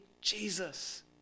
Jesus